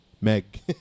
Meg